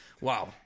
wow